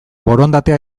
borondatea